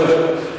טוב.